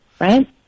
right